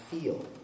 feel